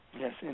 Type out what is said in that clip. Yes